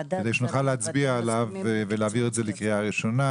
שנוכל להצביע עליו ולהעביר את זה לקריאה ראשונה,